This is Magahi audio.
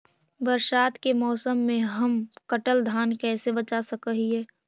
बरसात के मौसम में हम कटल धान कैसे बचा सक हिय?